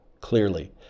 clearly